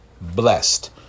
blessed